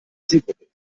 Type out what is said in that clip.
zielgruppe